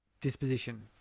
disposition